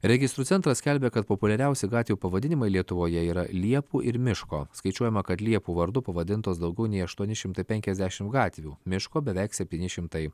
registrų centras skelbia kad populiariausi gatvių pavadinimai lietuvoje yra liepų ir miško skaičiuojama kad liepų vardu pavadintos daugiau nei aštuoni šimtai penkiasdešimt gatvių miško beveik septyni šimtai